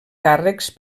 càrrecs